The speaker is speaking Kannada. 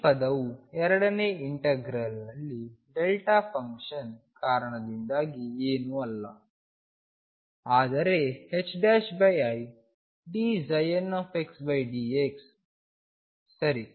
ಈ ಪದವು ಎರಡನೇ ಇಂಟೆಗ್ರಲ್ನಲ್ಲಿ ಡೆಲ್ಟಾ ಫಂಕ್ಷನ್ ಕಾರಣದಿಂದಾಗಿ ಏನೂ ಅಲ್ಲ ಆದರೆ idndx ಸರಿ